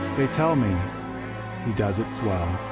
they tell me he does it swell.